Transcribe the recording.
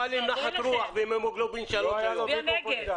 בשנת 2019